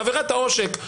עבירת העושק,